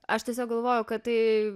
aš tiesiog galvoju kad tai